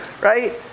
Right